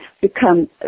become